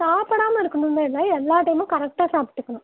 சாப்பிடாம இருக்கணுன்லாம் இல்லை எல்லா டைமும் கரெக்டாக சாப்பிட்டுக்கணும்